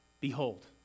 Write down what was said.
Behold